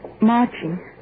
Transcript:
Marching